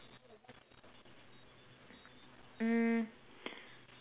mm